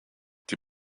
die